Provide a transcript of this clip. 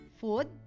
food